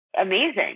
amazing